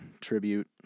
tribute